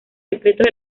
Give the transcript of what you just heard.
secretos